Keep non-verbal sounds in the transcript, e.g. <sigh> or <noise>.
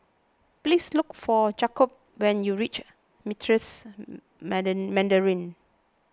please look for Jakob when you reach Meritus <unintelligible> Mandarin